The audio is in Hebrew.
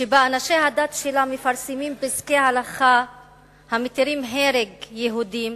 שבה אנשי הדת שלה מפרסמים פסקי הלכה המתירים הרג יהודים